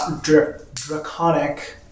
draconic